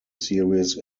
series